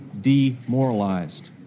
demoralized